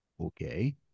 Okay